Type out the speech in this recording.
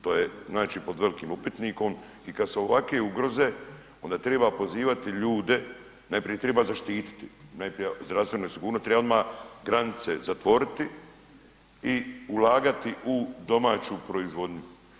To je znači pod velikim upitnikom i kad su ovakve ugroze, onda treba pozivati ljude, najprije treba zaštititi, najprije, zdravstvena sigurnost, treba odmah granici zatvoriti i ulagati u domaću proizvodnju.